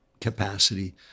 capacity